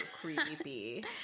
creepy